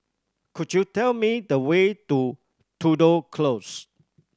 could you tell me the way to Tudor Close